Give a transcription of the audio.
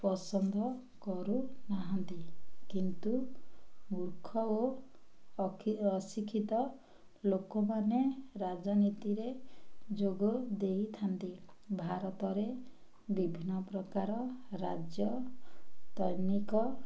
ପସନ୍ଦ କରୁନାହାନ୍ତି କିନ୍ତୁ ମୂର୍ଖ ଓ ଅଶିକ୍ଷିତ ଲୋକମାନେ ରାଜନୀତିରେ ଯୋଗ ଦେଇଥାନ୍ତି ଭାରତରେ ବିଭିନ୍ନ ପ୍ରକାର ରାଜନୈତିକ